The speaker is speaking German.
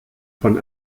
von